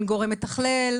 אין גורם מתכלל,